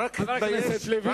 אתה מכיר במדינה הזו כמדינה יהודית?